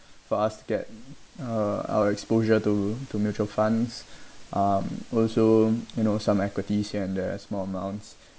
for us to get uh our exposure to to mutual funds um also you know some equities here and there small amounts